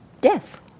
death